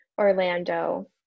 Orlando